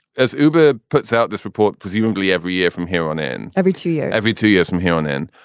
as uber puts out this report, presumably every year from here on in every two year, every two years from here on in.